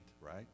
right